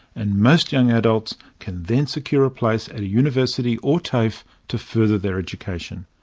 and most young adults can then secure a place at a university or tafe to further their education.